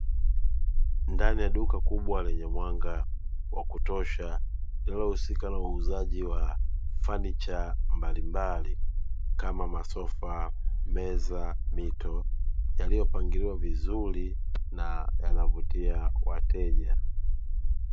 Ndani ya duka kubwa lenye mwanga wa kutosha, linalohusika na uuzaji wa fanicha mbalimbali kama masofa, meza, mito; yaliyopangiliwa vizuri na yanavutia wateja.